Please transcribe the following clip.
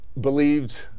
believed